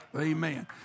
Amen